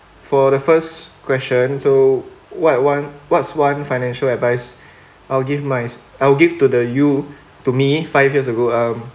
for the first question so what one what's one financial advice I'll give my I will give to the you to me five years ago um